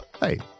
Hey